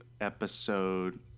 episode